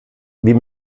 wir